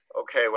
Okay